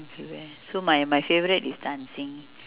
so my my favourite is dancing